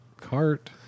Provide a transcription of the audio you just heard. cart